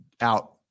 out